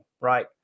right